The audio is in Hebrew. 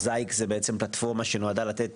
זו פלטפורמה שנועדה לתת